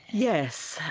yes.